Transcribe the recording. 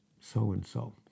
so-and-so